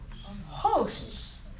Hosts